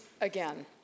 again